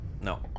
No